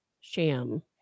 sham